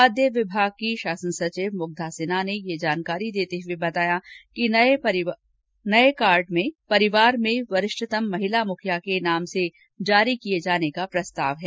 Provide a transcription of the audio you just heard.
खाद्य विभाग की शासन सचिव मुग्धा सिन्हा ने ये जानकारी देते हुए बताया कि नये परिवार में वरिष्ठतम महिला मुखिया के नाम जारी किये जाने का प्रस्ताव है